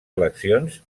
eleccions